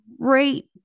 great